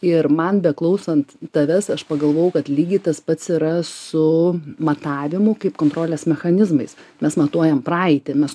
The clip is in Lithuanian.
ir man beklausant tavęs aš pagalvojau kad lygiai tas pats yra su matavimu kaip kontrolės mechanizmais mes matuojam praeitį mes